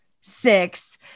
six